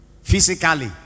physically